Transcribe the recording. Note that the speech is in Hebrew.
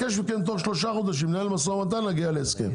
תוך שלושה חודשים לנהל משא ומתן ולהגיע להסכם.